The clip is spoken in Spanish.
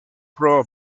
pro